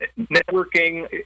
networking